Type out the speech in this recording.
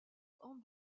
grande